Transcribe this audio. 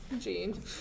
Gene